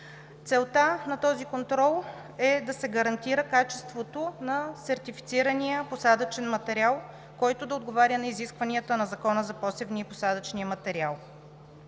Целта на този контрол е да се гарантира качеството на сертифицирания посадъчен материал, който да отговаря на изискванията на Закона за посевния и посадъчен материал,